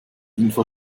info